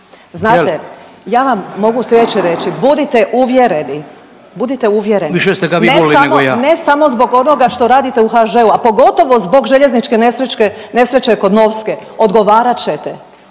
ste ga vi volili nego ja./… … ne samo, ne samo zbog onoga što radite u HŽ-u, a pogotovo zbog željezničke nesreće kod Novske, odgovarat ćete